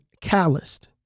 calloused